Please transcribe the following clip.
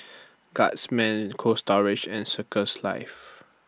Guardsman Cold Storage and Circles Life